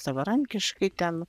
savarankiškai ten